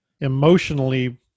emotionally